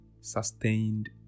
Sustained